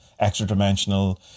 extradimensional